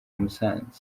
musanze